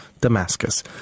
Damascus